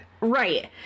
Right